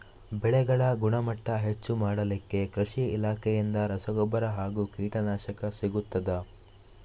ಬೆಳೆಗಳ ಗುಣಮಟ್ಟ ಹೆಚ್ಚು ಮಾಡಲಿಕ್ಕೆ ಕೃಷಿ ಇಲಾಖೆಯಿಂದ ರಸಗೊಬ್ಬರ ಹಾಗೂ ಕೀಟನಾಶಕ ಸಿಗುತ್ತದಾ?